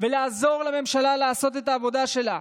ולעזור לממשלה לעשות את העבודה שלה.